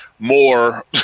more